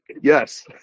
Yes